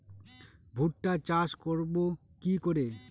ভুট্টা চাষ করব কি করে?